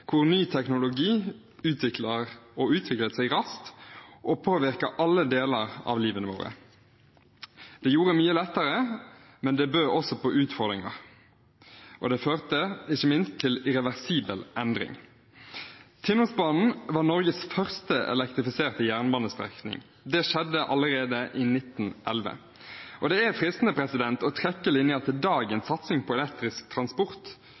hvor ny teknologi utvikler seg raskt og påvirker alle deler av livene våre. Det gjorde at mye ble lettere, men det bød også på utfordringer, og det førte ikke minst til irreversibel endring. Tinnosbanen var Norges første elektrifiserte jernbanestrekning. Det skjedde allerede i 1911. Og det er fristende å trekke linjen til dagens satsing på elektrisk transport